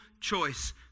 choice